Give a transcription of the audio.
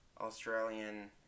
Australian